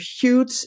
huge